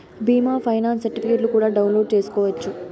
బీమా ఫైనాన్స్ సర్టిఫికెట్లు కూడా డౌన్లోడ్ చేసుకోవచ్చు